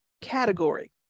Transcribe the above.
category